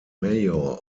mayor